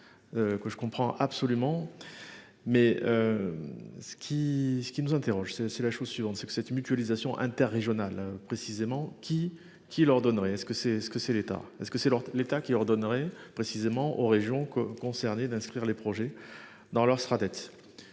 Que je comprends absolument. Mais. Ce qui, ce qui nous interroge c'est c'est la chose suivante, c'est que cette mutualisation inter-régionale précisément qui qui leur donnerait à ce que, c'est ce que c'est l'État, est-ce que c'est l'État qui leur donnerait précisément aux régions que concernés d'inscrire les projets dans leur sera tête.